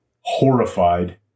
horrified